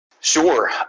Sure